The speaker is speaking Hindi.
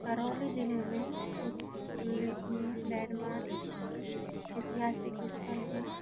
करौली जिले में कुछ उल्लेखनीय लैंडमार्क ऐतिहासिक स्थल हैं